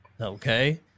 okay